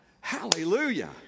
Hallelujah